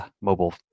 mobile